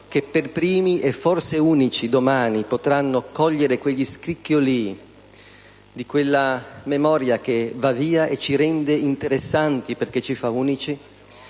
che per primi oggi, e forse unici domani, potranno cogliere gli scricchiolii di quella memoria che va via e che ci rende interessanti, perché ci fa unici.